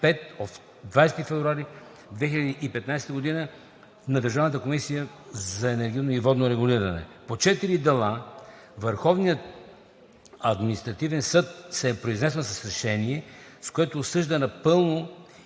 20 февруари 2015 г. на Държавната комисия за енергийно и водно регулиране. По 4 дела Върховният административен съд се е произнесъл с решение, с което осъжда напълно